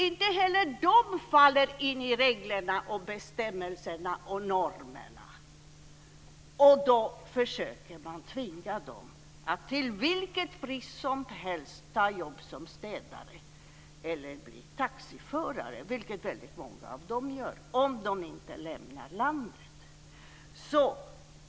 Inte heller de passar in i reglerna, bestämmelserna och normerna. Då försöker man tvinga dem att till vilket pris som helst ta jobb som städare eller bli taxiförare, vilket många av dem också gör - om de inte lämnar landet.